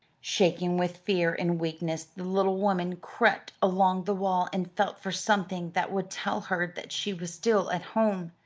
shaking with fear and weakness, the little woman crept along the wall and felt for something that would tell her that she was still at home.